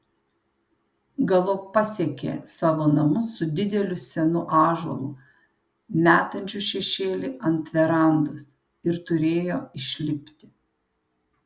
galop pasiekė savo namus su dideliu senu ąžuolu metančiu šešėlį ant verandos ir turėjo išlipti